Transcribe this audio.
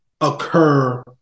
occur